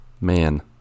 Man